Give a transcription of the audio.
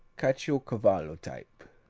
caciocavallo type.